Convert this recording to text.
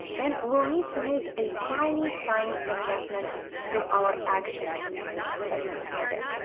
and we'll need to make a tiny tiny adjustment to our actions segment right there.